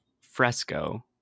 Fresco